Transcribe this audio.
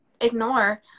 ignore